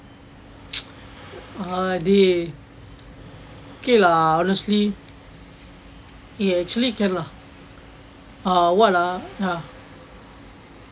ah dey okay lah honestly you actually can lah err what err